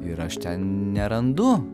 ir aš ten nerandu